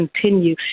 continue